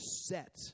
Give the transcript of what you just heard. set